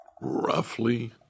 roughly